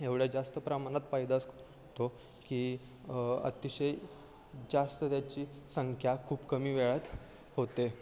एवढ्या जास्त प्रमाणात पैदास होतो की अतिशय जास्त त्याची संख्या खूप कमी वेळात होते